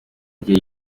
gihe